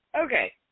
Okay